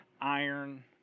Iron